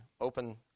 open